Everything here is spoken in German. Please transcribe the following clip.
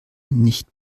nicht